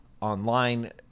online